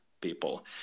people